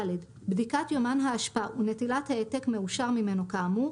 (ד) בדיקת יומן האשפה ונטילת העתק מאושר ממנו כאמור,